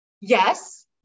yes